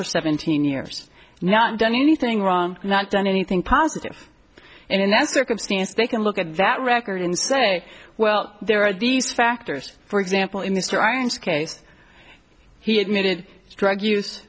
for seventeen years not done anything wrong not done anything positive and in that circumstance they can look at that record and say well there are these factors for example in this trying to case he admitted drug use